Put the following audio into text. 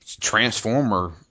transformer